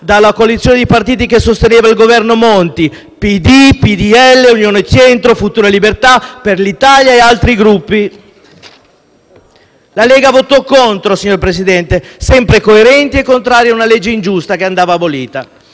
dalla coalizione di partiti che sosteneva il Governo Monti: PD, PdL, Unione di Centro, Futuro e Libertà per l'Italia e altri Gruppi. La Lega votò contro, sempre coerenti e contrari a una legge ingiusta, che andava abolita.